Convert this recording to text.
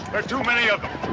are too many of them.